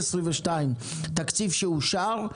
תקציב שאושר,